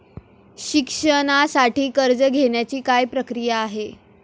शिक्षणासाठी कर्ज घेण्याची काय प्रक्रिया आहे?